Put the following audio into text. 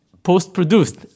post-produced